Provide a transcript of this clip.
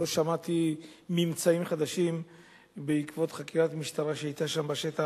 לא שמעתי ממצאים חדשים בעקבות חקירת המשטרה שהיתה שם בשטח,